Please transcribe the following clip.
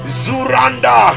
zuranda